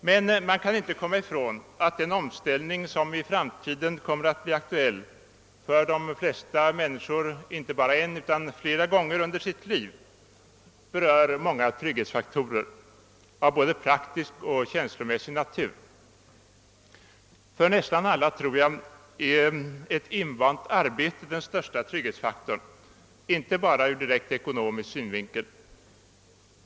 Man kan emellertid inte komma ifrån, att den omställning som i framtiden kommer att bli aktuell för de flesta människor inte bara en utan flera gånger i livet berör många trygghetsfaktorer av både praktisk och känslomässig karaktär, För nästan alla är troligen ett invant arbete den största trygghetsfaktorn, inte bara ur direkt ekonomisk synvinkel.